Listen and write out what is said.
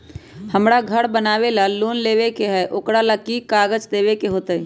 हमरा घर बनाबे ला लोन लेबे के है, ओकरा ला कि कि काग़ज देबे के होयत?